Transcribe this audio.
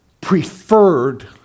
preferred